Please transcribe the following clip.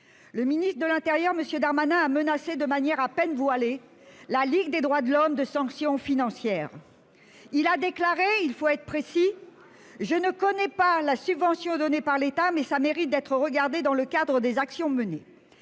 Le ministre de l'intérieur, M. Darmanin, a menacé de manière à peine voilée la Ligue des droits de l'homme (LDH) de sanctions financières. Il a déclaré, pour être précis :« Je ne connais pas la subvention donnée par l'État, mais ça mérite d'être regardé dans le cadre des actions menées. »